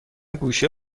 گوشه